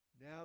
Now